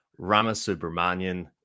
Ramasubramanian